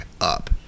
up